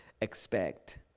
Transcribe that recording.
expect